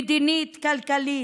מדינית, כלכלית,